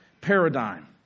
paradigm